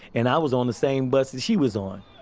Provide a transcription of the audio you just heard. and i was on the same bus that she was on